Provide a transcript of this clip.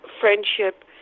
friendship